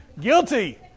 Guilty